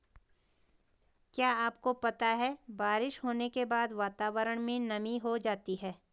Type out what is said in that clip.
क्या आपको पता है बारिश होने के बाद वातावरण में नमी हो जाती है?